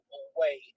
away